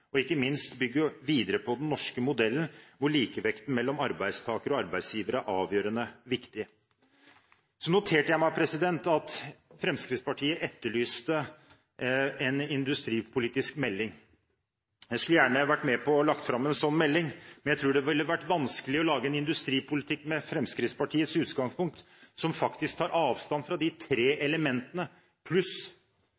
– ikke minst bygge videre på den norske modellen, hvor likevekten mellom arbeidstakere og arbeidsgivere er avgjørende viktig. Så noterte jeg meg at Fremskrittspartiet etterlyste en industripolitisk melding. Jeg skulle gjerne vært med på å legge fram en sånn melding, men jeg tror det ville vært vanskelig å lage en industripolitikk med Fremskrittspartiets utgangspunkt, der de faktisk tar avstand fra de tre